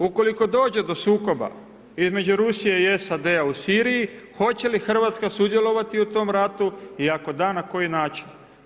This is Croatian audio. Ukoliko dođe do sukoba između Rusije i SAD-a u Siriji hoće li Hrvatska sudjelovati u tom ratu i ako da na koji način?